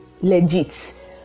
Legit